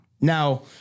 Now